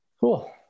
Cool